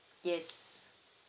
yes